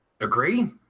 Agree